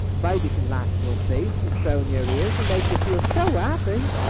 baby can laugh in your face, and crow in your ears, and make you feel so happy.